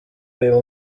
uyu